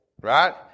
right